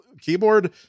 keyboard